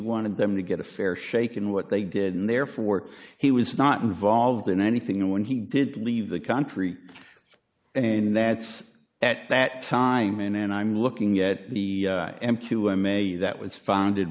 wanted them to get a fair shake in what they did and therefore he was not involved in anything when he did leave the country and that's at that time and i'm looking at the may that was founded